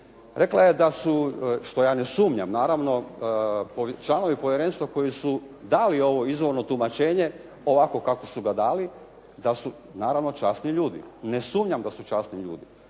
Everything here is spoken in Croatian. Rekla je da su, što ja ne sumnjam naravno, članovi povjerenstva koji su dali ovo izvorno tumačenje ovako kako su ga dali, da su naravno časni ljudi. Ne sumnjam da su časni ljudi.